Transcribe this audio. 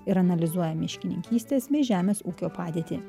ir analizuoja miškininkystės bei žemės ūkio padėtį